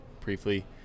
briefly